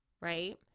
right